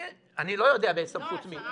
לא, השרה אמרה --- אני לא יודע בסמכות מי.